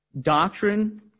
doctrine